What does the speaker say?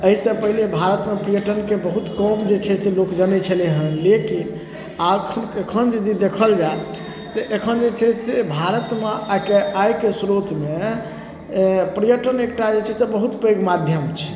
एहिसँ पहिले भारतमे पर्यटनके बहुत कम जे छै से लोक जनै छलै हँ लेकिन आब एखन जदि देखल जाय तऽ एखन जे छै से भारतमे एके आयके स्रोतमे पर्यटन एकटा जे छै से बहुत पैघ माध्यम छै